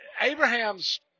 Abraham's